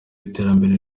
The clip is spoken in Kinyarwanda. iterambere